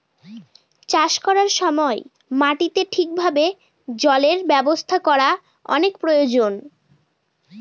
চাষ করার সময় মাটিতে ঠিক ভাবে জলের ব্যবস্থা করার অনেক প্রয়োজন